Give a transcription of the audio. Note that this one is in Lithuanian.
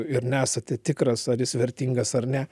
ir nesate tikras ar jis vertingas ar ne